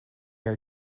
are